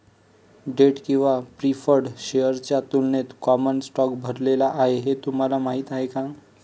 Date किंवा preferred शेअर्सच्या तुलनेत कॉमन स्टॉक भरलेला आहे हे तुम्हाला माहीत आहे का?